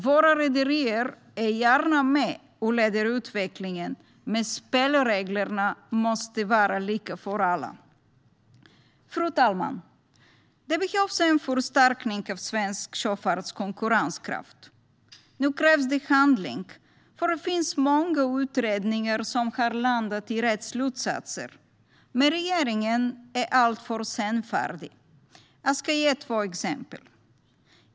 Våra rederier är gärna med och leder utvecklingen, men spelreglerna måste vara lika för alla. Fru talman! Det behövs en förstärkning av svensk sjöfarts konkurrenskraft. Nu krävs det handling. Det finns många utredningar som har landat i rätt slutsatser, men regeringen är alltför senfärdig. Jag ska ge två exempel.